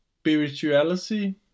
spirituality